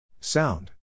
Sound